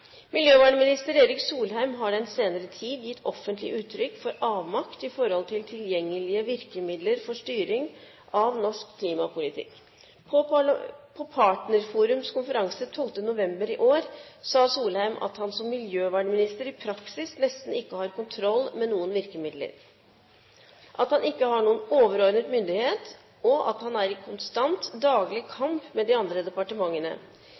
Miljøvernminister Erik Solheim har den senere tid også gitt offentlig uttrykk for avmakt i forhold til tilgjengelige virkemidler for styring av norsk klimapolitikk, bl.a. på Partnerforums konferanse i fjor høst, der Solheim sa at han som miljøvernminister i praksis nesten ikke har kontroll med noen virkemidler, at han ikke har noen overordnet myndighet, og at han er i konstant daglig kamp med de andre departementene.